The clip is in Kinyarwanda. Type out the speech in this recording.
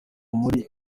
muri